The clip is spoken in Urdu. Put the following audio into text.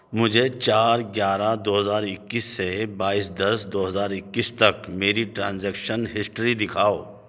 مجھے چار گیارہ دو ہزار اکیس سے بائیس دس دو ہزار اکیس تک میری ٹرانزیکشن ہسٹری دکھاؤ